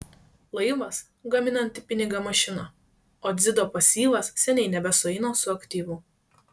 laivas gaminanti pinigą mašina o dzido pasyvas seniai nebesueina su aktyvu